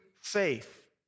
faith